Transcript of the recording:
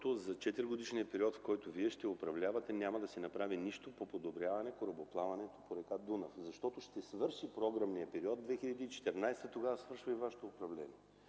четиригодишния период, в който вие ще управлявате, няма да се направи нищо по подобряване корабоплаването по река Дунав, защото програмният период ще свърши през 2014 г. – тогава свършва и вашето управление.